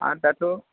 आर दाथ'